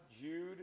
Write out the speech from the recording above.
Jude